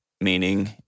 meaning